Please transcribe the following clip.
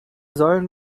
sollen